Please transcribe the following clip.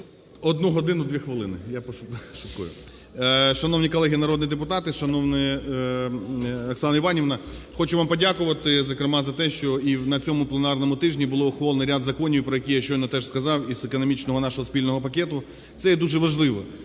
1 годину 2 хвилини. Я шуткую. Шановні колеги народні депутати! Шановна Оксана Іванівна! Хочу вам подякувати, зокрема, за те, що і на цьому пленарному тижні було ухвалено ряд законів, про які я щойно теж сказав, із економічного нашого спільного пакету, це є дуже важливо.